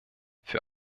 für